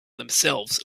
themselves